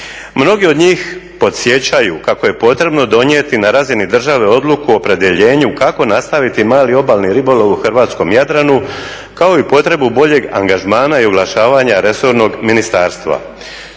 Mnogi od njih podsjećaju kako je potrebno donijeti na razini države odluku o opredjeljenju kako nastaviti mali obalni ribolov u hrvatskom Jadranu kao i potrebu boljeg angažmana i oglašavanja resornog ministarstva.